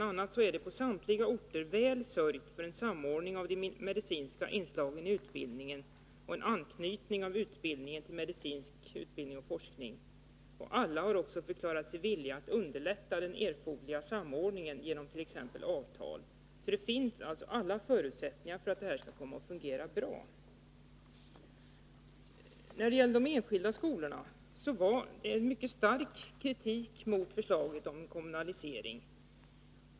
a. är det på samtliga orter väl sörjt för en samordning av de medicinska inslagen i utbildningen och en anknytning av utbildningen till medicinsk utbildning och forskning. Alla utbildningsanordnare har också förklarat sig villiga att underlätta den erforderliga samordningen genom t.ex. avtal. Det finns alltså goda förutsättningar på alla punkter för att detta skall kunna fungera bra. När det gäller de enskilda skolorna riktades det en mycket stark kritik mot förslaget om en kommunalisering.